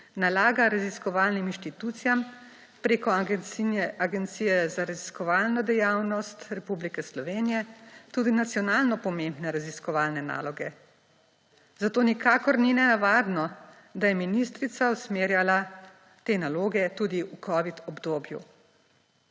nalaga raziskovalnim inštitucijam preko Agencije za raziskovalno dejavnost Republike Slovenije tudi nacionalno pomembne raziskovalne naloge. Zato nikakor ni nenavadno, da je ministrica usmerjala te naloge tudi v covid obdobju.